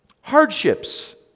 hardships